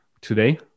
today